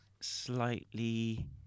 slightly